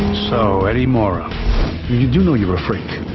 so eddie morra you do know you're a freak,